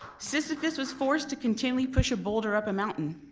sisyphus was forced to continually push a boulder up a mountain.